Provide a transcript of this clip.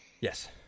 Yes